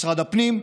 משרד הפנים,